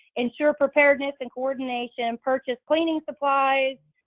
ensure preparedness and coordination, purchase cleaning supplies,